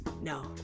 No